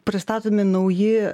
pristatomi nauji